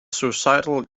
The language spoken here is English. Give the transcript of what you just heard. suicidal